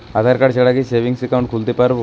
আধারকার্ড ছাড়া কি savings account খুলতে পারব?